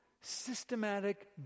systematic